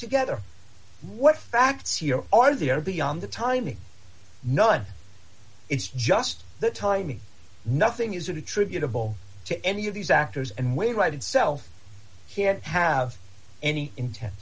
together what facts here are they are beyond the timing none it's just the timing nothing is or the tribute of all to any of these actors and wainwright itself can't have any intent